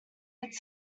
its